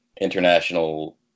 international